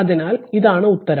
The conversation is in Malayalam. അതിനാൽ ഇതാണ് ഉത്തരം